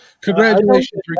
Congratulations